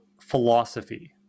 philosophy